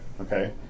Okay